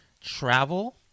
travel